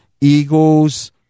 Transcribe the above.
Eagles